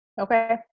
Okay